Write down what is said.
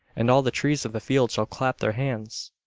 and all the trees of the field shall clap their hands.